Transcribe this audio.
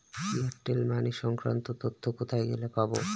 Airtel money সংক্রান্ত তথ্য কোথায় গেলে পাব?